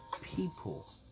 people